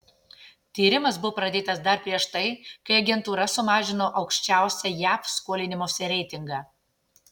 tyrimas buvo pradėtas dar prieš tai kai agentūra sumažino aukščiausią jav skolinimosi reitingą